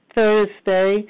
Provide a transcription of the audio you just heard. Thursday